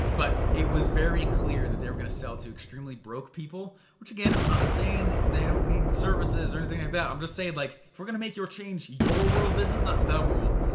but, it was very clear that they were going to sell to extremely broke people. which again, i'm not saying that they don't need services, or anything like that. i'm just saying that like if were gonna make your change your world business, not the world.